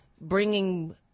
bringing